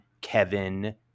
Kevin